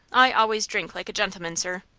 i always drink like a gentleman, sir.